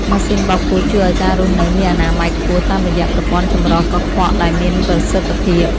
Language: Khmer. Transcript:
ម៉ាស៊ីនបោកគក់ជួយឱ្យការរស់នៅមានអនាម័យខ្ពស់តាមរយៈប្រព័ន្ធចម្រោះកខ្វក់ដែលមានប្រសិទ្ធភាព។